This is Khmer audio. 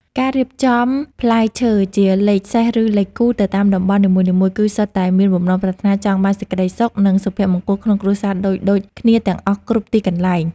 ការរៀបចំផ្លែឈើជាលេខសេសឬលេខគូទៅតាមតំបន់នីមួយៗគឺសុទ្ធតែមានបំណងប្រាថ្នាចង់បានសេចក្តីសុខ និង សុភមង្គលក្នុងគ្រួសារដូចៗគ្នាទាំងអស់គ្រប់ទីកន្លែង។